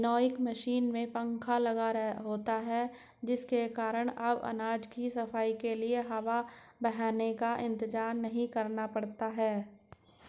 winnowing machine में पंखा लगा होता है जिस कारण अब अनाज की सफाई के लिए हवा बहने का इंतजार नहीं करना पड़ता है